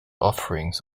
offerings